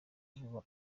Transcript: vuba